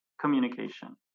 communication